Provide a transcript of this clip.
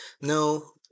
no